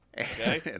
Okay